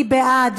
מי בעד?